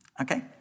Okay